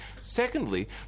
Secondly